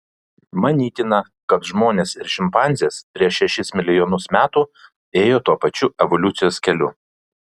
manytina kad žmonės ir šimpanzės prieš šešis milijonus metų ėjo tuo pačiu evoliucijos keliu